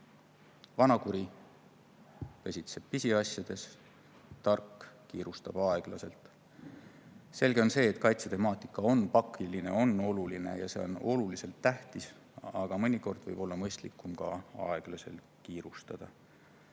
Vanakuri [peitub] pisiasjades. Tark kiirustab aeglaselt. Selge on see, et kaitsetemaatika on pakiline, oluline ja tähtis, aga mõnikord võib olla mõistlikum ka aeglaselt kiirustada.